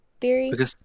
theory